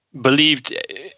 believed